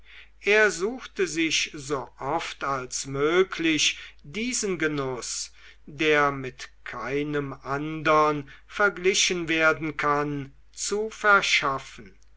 er suchte sich so oft als möglich diesen genuß der mit keinem andern verglichen werden kann zu verschaffen